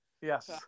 Yes